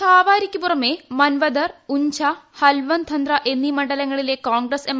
ധാരാവിയ്ക്ക് പുറമേ മൻവദർ ഉൻഝ ഹൽവദ് ധന്ത്ര എന്നീ മണ്ഡലങ്ങളിലെ കോൺഗ്രസ് എം